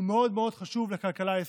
הוא מאוד מאוד חשוב לכלכלה הישראלית.